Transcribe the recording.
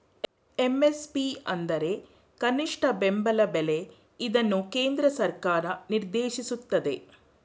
MSP ಅಂದ್ರೆ ಕನಿಷ್ಠ ಬೆಂಬಲ ಬೆಲೆ ಇದನ್ನು ಕೇಂದ್ರ ಸರ್ಕಾರ ನಿರ್ದೇಶಿಸುತ್ತದೆ